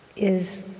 is,